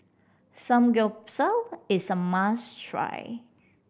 samgyeopsal is a must try